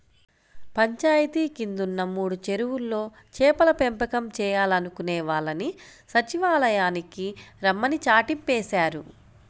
పంచాయితీ కిందున్న మూడు చెరువుల్లో చేపల పెంపకం చేయాలనుకునే వాళ్ళని సచ్చివాలయానికి రమ్మని చాటింపేశారు